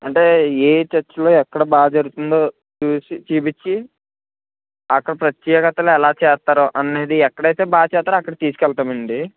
అంటే ఏ చర్చిలో ఎక్కడ బాగా జరుగుతుందో చూసి చూపించి అక్కడ ప్రత్యేకతలు ఎలా చేస్తారో అనేది ఎక్కడైతే బాగా చేస్తారో అక్కడికి తీసుకు వెళ్తామండి